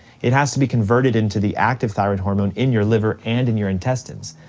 it has to be converted into the active thyroid hormone in your liver and in your intestines.